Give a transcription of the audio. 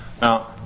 Now